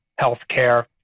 healthcare